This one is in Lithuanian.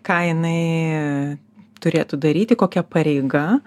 ką jinai turėtų daryti kokia pareiga